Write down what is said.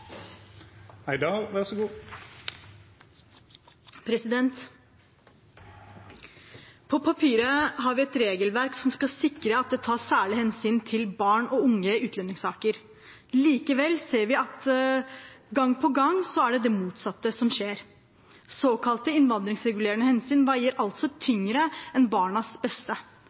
tas særlige hensyn til barn og unge i utlendingssaker. Likevel ser vi gang på gang at det er det motsatte som skjer. Såkalte innvandringsregulerende hensyn veier altså tyngre enn barnas beste.